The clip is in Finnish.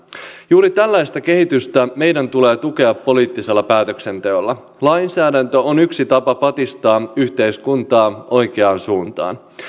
juuri tällaista kehitystä meidän tulee tukea poliittisella päätöksenteolla lainsäädäntö on yksi tapa patistaa yhteiskuntaa oikeaan suuntaan